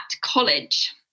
college